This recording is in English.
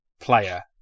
player